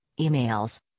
emails